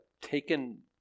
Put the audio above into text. taken